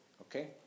Okay